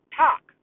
talk